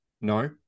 No